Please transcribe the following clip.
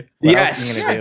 Yes